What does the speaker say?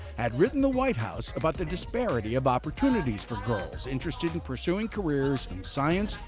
had written the white house about the disparity of opportunities for girls interested in pursuing careers in science,